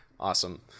awesome